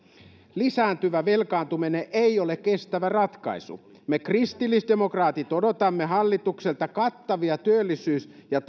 lisääntyvä velkaantuminen ei ole kestävä ratkaisu me kristillisdemokraatit odotamme hallitukselta kattavia työllisyys ja